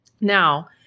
Now